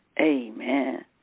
Amen